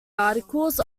articles